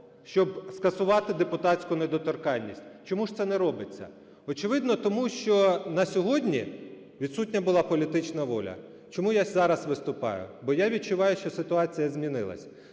щоб скасувати депутатську недоторканність. Чому ж це не робиться? Очевидно тому, що на сьогодні відсутня була політична воля. Чому я зараз виступаю? Бо я відчуваю, що ситуація змінилась.